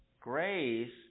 grace